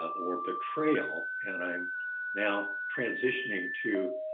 or the trail and i'm now transitioning to